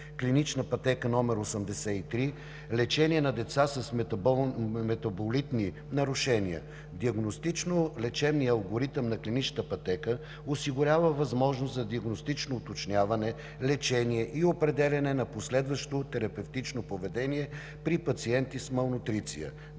Клинична пътека № 83 „Лечение на лица с метаболитни нарушения“. Диагностично-лечебният алгоритъм на клиничната пътека осигурява възможност за диагностично уточняване, лечение и определяне на последващо терапевтично поведение при пациенти с малнутриция